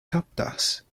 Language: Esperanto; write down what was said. kaptas